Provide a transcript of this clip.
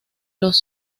los